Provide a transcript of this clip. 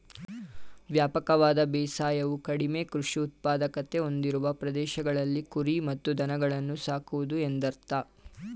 ವ್ಯಾಪಕವಾದ ಬೇಸಾಯವು ಕಡಿಮೆ ಕೃಷಿ ಉತ್ಪಾದಕತೆ ಹೊಂದಿರುವ ಪ್ರದೇಶಗಳಲ್ಲಿ ಕುರಿ ಮತ್ತು ದನಗಳನ್ನು ಸಾಕುವುದು ಎಂದರ್ಥ